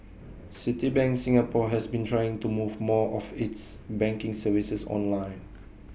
Citibank Singapore has been trying to move more of its banking services online